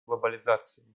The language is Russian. глобализации